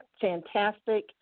fantastic